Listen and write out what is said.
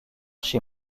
chez